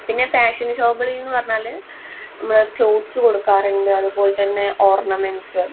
പിന്നെ ഫാഷൻ ഷോപ്പ്കളെന്ന് പറഞ്ഞാൽ നമ്മൾ ക്ലോത്ത്സ് കൊടുക്കാറുണ്ട് അതുപോലെത്തന്നെ ഓർണമെൻറ്സ്